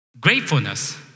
Gratefulness